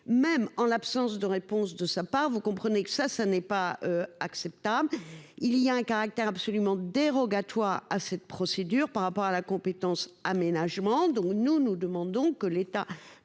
même en l'absence de réponse de sa part. Vous comprenez que ça, ça n'est pas acceptable. Il y a un caractère absolument dérogatoire à cette procédure par rapport à la compétence aménagement donc nous nous demandons que l'État